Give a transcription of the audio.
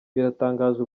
biratangaje